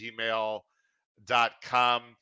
gmail.com